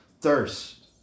thirst